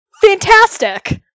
Fantastic